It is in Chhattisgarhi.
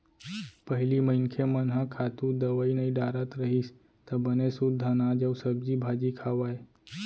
पहिली मनखे मन ह खातू, दवई नइ डारत रहिस त बने सुद्ध अनाज अउ सब्जी भाजी खावय